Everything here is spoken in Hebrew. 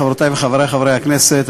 חברותי וחברי חברי הכנסת,